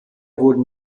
wurden